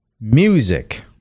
music